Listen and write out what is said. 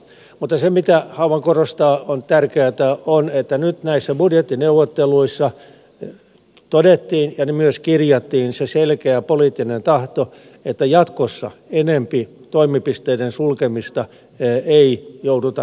mutta se mitä haluan korostaa ja se on tärkeätä on että nyt näissä budjettineuvotteluissa todettiin ja myös kirjattiin se selkeä poliittinen tahto että jatkossa enempi toimipisteiden sulkemista ei jouduta tekemään